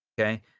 Okay